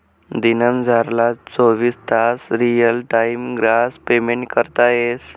दिनमझारला चोवीस तास रियल टाइम ग्रास पेमेंट करता येस